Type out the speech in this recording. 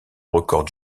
record